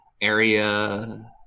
area